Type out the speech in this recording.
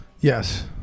yes